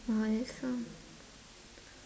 !wow! that's so